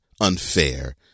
unfair